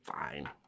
fine